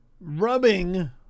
rubbing